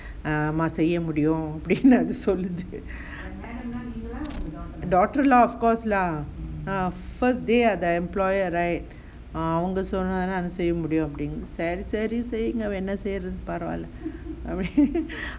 err ஆமா செய்ய முடியும் அப்டின்னு சொல்லுச்சு:aama seyya mudiyum apdinnu solluchu daughter lah of course lah err first they are the employer right err அவங்க சொன்னாதான் செய்ய முடியும் அப்டின்னு சரி சரி செய்ங்க வேணுனா செய்றது பரவால்ல:avanga sonnathaan seyy mudiyum apdinnu sari sari seynga venunaa seyrathu paravalla